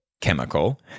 chemical